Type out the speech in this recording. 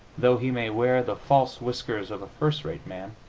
though he may wear the false whiskers of a first-rate man,